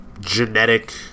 genetic